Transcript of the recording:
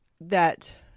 that-